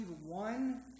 one